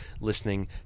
listening